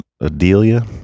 Adelia